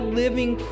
living